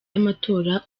y’amatora